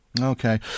Okay